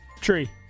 Tree